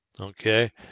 Okay